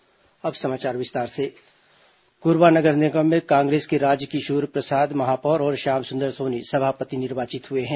महापौर सभापति चुनाव कोरबा नगर निगम में कांग्रेस के राजकिशोर प्रसाद महापौर और श्याम सुंदर सोनी सभापति निर्वाचित हुए हैं